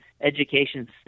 education